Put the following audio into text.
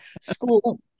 School